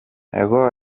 εγώ